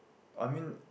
I mean